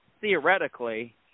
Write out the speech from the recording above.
theoretically